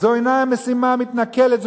זו אינה משימה מתנכלת,